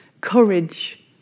courage